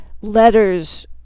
letters